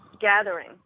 gathering